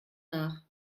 nach